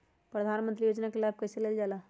प्रधानमंत्री योजना कि लाभ कइसे लेलजाला?